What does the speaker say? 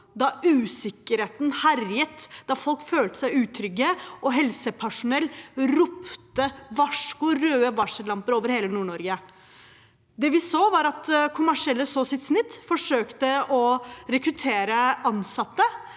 da usikkerheten herjet, da folk følte seg utrygge, helsepersonell ropte varsko og det var røde varsellamper over hele Nord-Norge. Det vi så, var at kommersielle så sitt snitt og forsøkte å rekruttere ansatte.